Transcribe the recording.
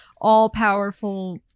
all-powerful